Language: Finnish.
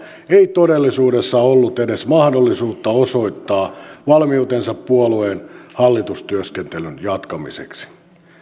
ei todellisuudessa ollut edes mahdollisuutta osoittaa valmiuttansa puolueen hallitustyöskentelyn jatkamiseksi